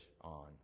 on